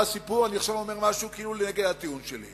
עכשיו אומר משהו כאילו נגד הטיעון שלי.